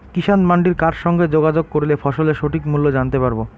কিষান মান্ডির কার সঙ্গে যোগাযোগ করলে ফসলের সঠিক মূল্য জানতে পারবো?